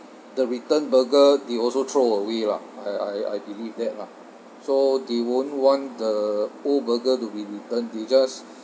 the returned burger they also throw away lah I I I believe that lah so they won't want the old burger to be returned they just